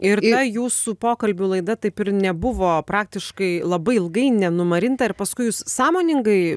ir ta jūsų pokalbių laida taip ir nebuvo praktiškai labai ilgai nenumarinta ir paskui jūs sąmoningai